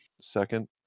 Second